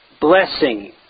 blessing